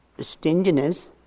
stinginess